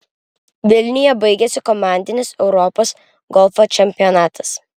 vilniuje baigėsi komandinis europos golfo čempionatas